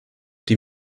die